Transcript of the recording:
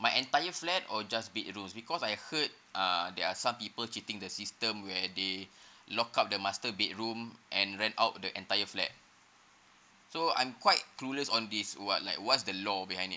my entire flat or just bedroom because I heard uh there are some people cheating the system where they lock up the master bedroom and rent out the entire flat so I'm quite clueless on this what like what's the law behind it